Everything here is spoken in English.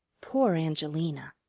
poor angelina!